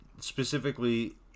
specifically